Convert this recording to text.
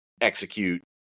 execute